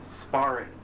sparring